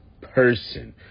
person